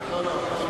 תגיד.